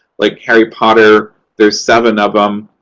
like harry potter there's seven of them.